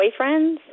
boyfriends